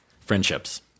friendships